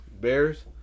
Bears